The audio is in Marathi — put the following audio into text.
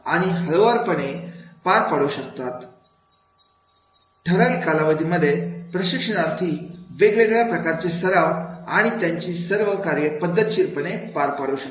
आणि हळुवारपणे ठराविक कालावधीमध्ये प्रशिक्षणार्थी वेगवेगळ्या प्रकारचे सराव आणि त्यांची कार्ये पद्धतशीरपणे पार पाडू शकतात